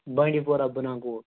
بانٛڈی پورہ بنان پور